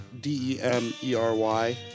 D-E-M-E-R-Y